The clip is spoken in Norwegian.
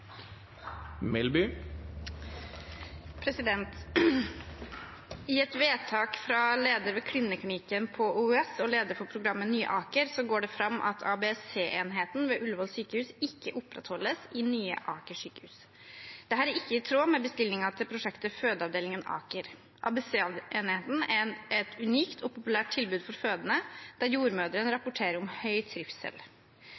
et vedtak fra leder ved kvinneklinikken på Oslo universitetssykehus og leder for programmet for Nye Aker går det frem at ABC-enheten ved Ullevål sykehus ikke opprettholdes i Nye Aker sykehus. Dette er ikke i tråd med bestillingen til prosjektet Fødeavdelingen Aker. ABC-enheten er et unikt og populært tilbud for fødende, der jordmødrene